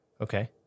okay